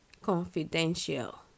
confidential